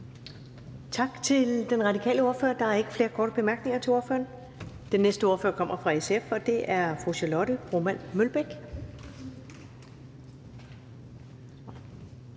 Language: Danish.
Tak til den radikale ordfører. Der er ikke flere korte bemærkninger til ordføreren. Den næste ordfører kommer fra SF, og det er fru Charlotte Broman Mølbæk.